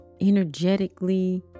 energetically